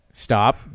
Stop